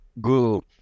go